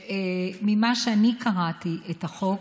ממה שאני קראתי את החוק,